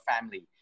family